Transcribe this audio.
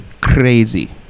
crazy